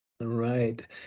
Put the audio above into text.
Right